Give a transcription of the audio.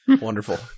Wonderful